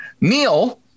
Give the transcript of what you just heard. Neil